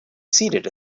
seated